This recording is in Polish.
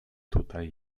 tutaj